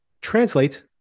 translate